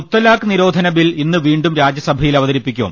മുത്തലാഖ് നിരോധന ബിൽ ഇന്ന് വീണ്ടും രാജ്യസഭയിൽ അവതരി പ്പിക്കും